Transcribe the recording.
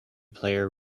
player